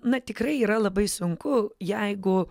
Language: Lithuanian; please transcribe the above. na tikrai yra labai sunku jeigu